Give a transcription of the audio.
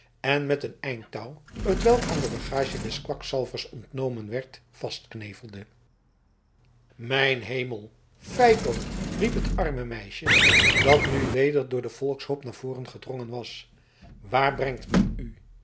en met een eind touw hetwelk aan de bagage des kwakzalvers ontnomen werd vastknevelde mijn hemel feiko riep het arme meisje dat nu weder door den volkshoop naar voren gedrongen was waar brengt men u